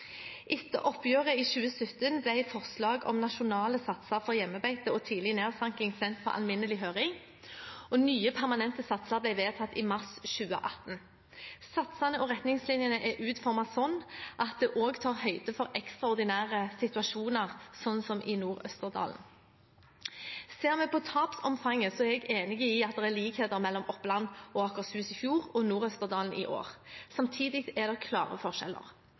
Etter oppgjøret i 2017 ble forslag om nasjonale satser for hjemmebeite og tidlig nedsanking sendt på alminnelig høring, og nye, permanente satser ble vedtatt i mars 2018. Satsene og retningslinjene er utformet sånn at de også tar høyde for ekstraordinære situasjoner, som i Nord-Østerdal. Ser vi på tapsomfanget, er jeg enig i at det er likheter mellom Oppland og Akershus i fjor og Nord-Østerdal i år. Samtidig er det klare forskjeller.